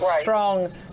strong